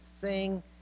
sing